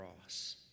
cross